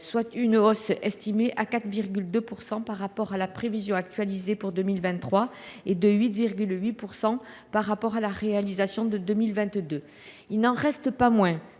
soit une hausse de 4,2 % par rapport à la prévision actualisée pour 2023 et de 8,8 % par rapport à la réalisation de 2022. Il n’en reste pas moins